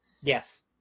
yes